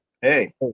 hey